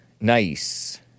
Nice